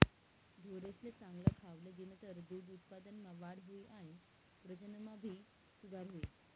ढोरेसले चांगल खावले दिनतर दूध उत्पादनमा वाढ हुई आणि प्रजनन मा भी सुधार हुई